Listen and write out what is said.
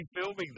filming